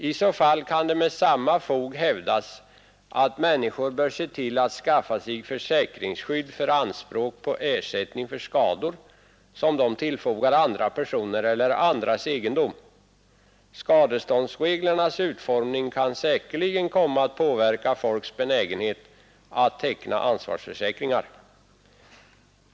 I så fall kan det med samma fog hävdas, att människor bör se till att skaffa sig försäkringsskydd för anspråk på ersättning för skador som de tillfogar andra personer eller andras egendom. Skadeståndsreglernas utformning kan säkerligen komma att påverka folks benägenhet att teckna ansvarsförsäkringar.